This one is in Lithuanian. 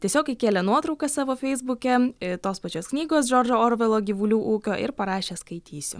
tiesiog įkėlė nuotrauką savo feisbuke i tos pačios knygos džordžo orvelo gyvulių ūkio ir parašė skaitysiu